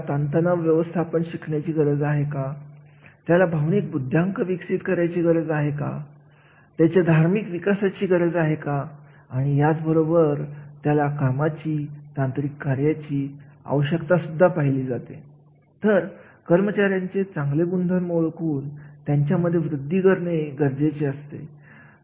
म्हणून अशा विशिष्ट कार्याचे महत्त्व संस्थेमध्ये वाढत असते जसे की मी नमूद केल्याप्रमाणे उत्पादन क्षेत्रामध्ये किंवा सेवा क्षेत्रांमध्ये किंवा हॉटेल व्यवसायांमध्ये किंवा औषध निर्माण कंपनीमध्ये वैज्ञानिकांचे कार्य खूप महत्त्वाची भूमिका बजावत असतात